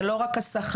זה לא רק השכר.